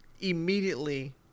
Immediately